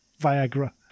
Viagra